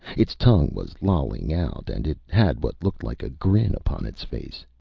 its tongue was lolling out and it had what looked like a grin upon its face.